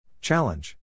Challenge